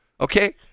Okay